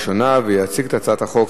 התקבלה בקריאה ראשונה ותועבר לוועדת החוקה,